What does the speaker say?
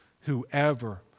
Whoever